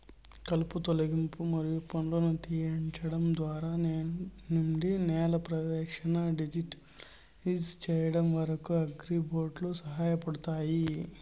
కలుపు తొలగింపు మరియు పండ్లను తీయడం నుండి నేల పర్యవేక్షణను డిజిటలైజ్ చేయడం వరకు, అగ్రిబోట్లు సహాయపడతాయి